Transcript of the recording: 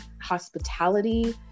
hospitality